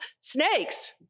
snakes